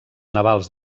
navals